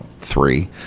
three